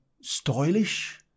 stylish